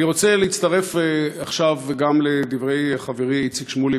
אני רוצה להצטרף עכשיו גם לדברי חברי איציק שמולי